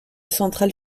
central